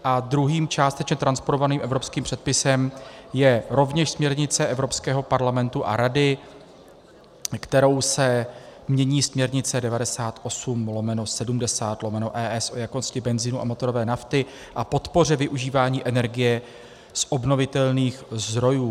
A druhým částečně transponovaným evropským předpisem je rovněž směrnice Evropského parlamentu a Rady, kterou se mění směrnice 98/70/ES o jakosti benzinu a motorové nafty a podpoře využívání energie z obnovitelných zdrojů.